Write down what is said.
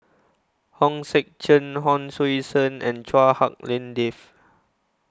Hong Sek Chern Hon Sui Sen and Chua Hak Lien Dave